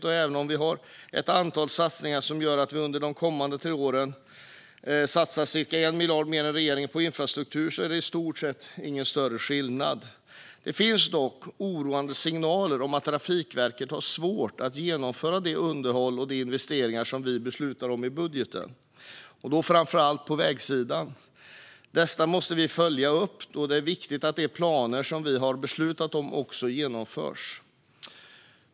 Även om vi kristdemokrater har ett antal satsningar som gör att vi under de kommande tre åren satsar ca 1 miljard kronor mer än regeringen på infrastruktur är det i stort sett inga större skillnader. Det finns dock oroande signaler om att Trafikverket har svårt att genomföra det underhåll och de investeringar som vi beslutar om i budgeten, och då framför allt på vägsidan. Detta måste vi följa upp, då det är viktigt att de planer som vi har beslutat om också genomförs.